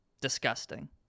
Disgusting